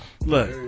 look